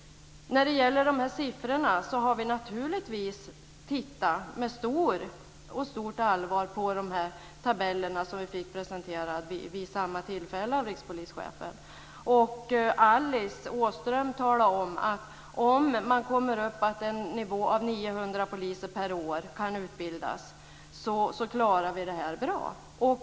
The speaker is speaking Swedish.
När det gäller de här siffrorna har vi naturligtvis med stort allvar sett på de tabeller som vi vid samma tillfälle fick presenterade av rikspolischefen. Alice Åström talade om att om man kommer upp till att utbilda 900 poliser per år, klarar vi det här bra.